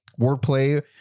wordplay